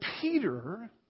Peter